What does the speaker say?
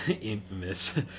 infamous